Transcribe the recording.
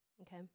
okay